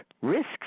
risks